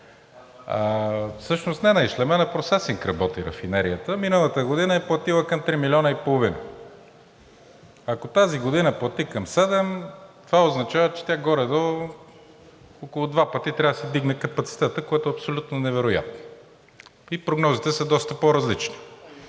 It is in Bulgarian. Всъщност не на ишлеме, на процесинг работи рафинерията. Миналата година е платила към 3,5 милиона. Ако тази година плати към 7, това означава, че тя горе-долу около два пъти трябва да си вдигне капацитета, което е абсолютно невероятно – прогнозите са доста по-различни.